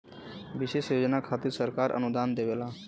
विशेष योजना खातिर सरकार अनुदान देवला